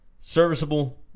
serviceable